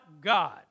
God